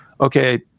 okay